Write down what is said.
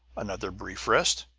another brief rest,